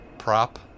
prop